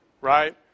Right